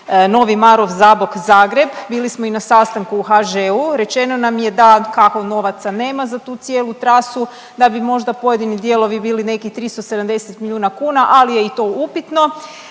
Marof-Zabok-Zagreb. Bili smo i na sastanku u HŽ-u. Rečeno nam je da kako novaca nema za tu cijelu trasu, da bi možda pojedini dijelovi bili nekih 370 milijuna kuna ali je i to upitno.